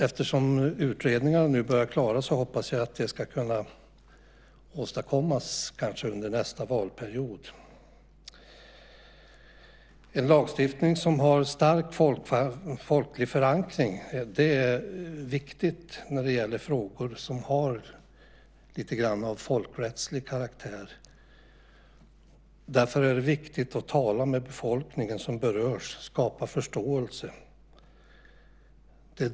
Eftersom utredningarna nu börjar bli klara, hoppas jag att det kanske ska kunna åstadkommas under nästa valperiod. En lagstiftning som har en stark folklig förankring är viktig när det gäller frågor som har lite grann av folkrättslig karaktär. Därför är det viktigt att tala med befolkningen som berörs och skapa förståelse.